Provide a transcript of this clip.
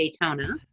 Daytona